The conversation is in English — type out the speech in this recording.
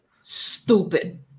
Stupid